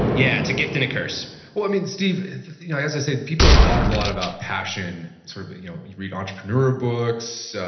yeah, it's a gift and a curse well i mean, steve, you know as i say, people talk a lot about passion sort of, you know you read entrepreneur books,